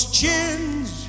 chins